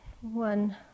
One